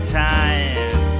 time